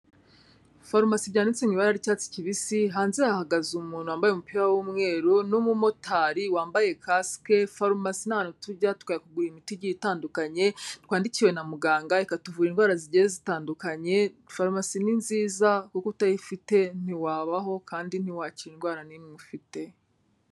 Faruma byanditse mu ibaracyatsi kibisi hanze hahagaze umuntu wambaye umupira w'umweru n'umumotari wambaye kasike, farumasi ni ahantu tujya tukajya kugura imiti igiye itandukanye twandikiwe na muganga ikatuvura indwara zigiye zitandukanye, farumasi ni nziza kuko utayifite ntiwabaho kandi ntiwakira indwara n'imwe ufite.